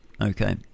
Okay